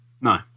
No